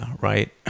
right